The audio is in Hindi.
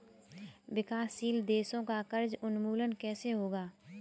विकासशील देशों का कर्ज उन्मूलन कैसे होगा?